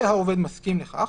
והעובד מסכים לכך,